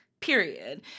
period